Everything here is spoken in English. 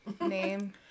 name